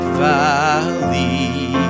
valley